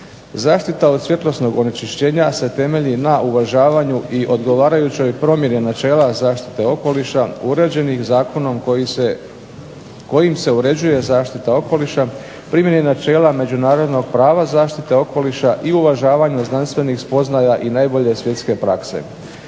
Zaštita od svjetlosnog onečišćenja se temelji na uvažavanju i odgovarajućoj promjeni načela zaštite okoliša uređenih zakonom kojim se uređuje zaštita okoliša, primjeni načela međunarodnog prava zaštite okoliša i uvažavanje znanstvenih spoznaja i najbolje svjetske prakse.